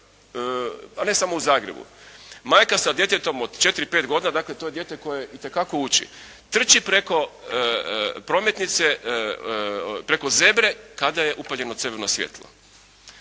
pa ne samo u Zagrebu. Majka sa djetetom od 4, 5 godina, dakle to je dijete koje itekako uči trči preko prometnice, preko zebre kada je upaljeno crveno svjetlo.